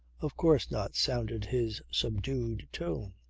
of course not, sounded his subdued tone.